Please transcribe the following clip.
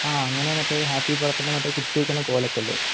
ആ അങ്ങനെ മറ്റേ ഹാപ്പി ബർത്ത് ഡേ മറ്റേ കുത്തിവയ്ക്കുന്ന കോലൊക്കെ ഇല്ലേ